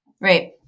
Right